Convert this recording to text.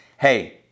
Hey